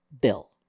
bill